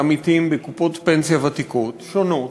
עמיתים בקופות פנסיה ותיקות שונות,